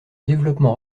développement